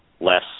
less